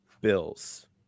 Bills